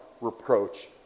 reproach